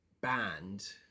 band